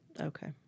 Okay